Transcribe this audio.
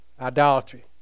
idolatry